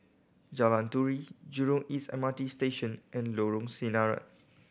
Jalan Turi Jurong East M R T Station and Lorong Sinaran